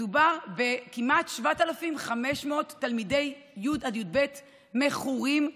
מדובר בכמעט 7,500 תלמידי י' עד י"ב מכורים לקנביס.